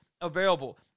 available